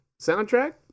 soundtrack